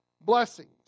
blessings